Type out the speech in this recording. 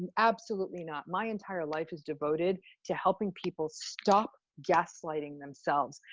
absolutely not. my entire life is devoted to helping people stop gaslighting themselves,